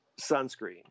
sunscreen